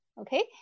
okay